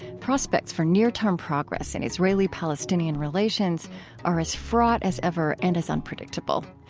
prospects for near-term progress in israeli-palestinian relations are as fraught as ever and as unpredictable.